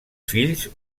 fills